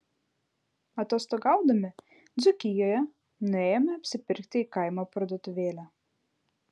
atostogaudami dzūkijoje nuėjome apsipirkti į kaimo parduotuvėlę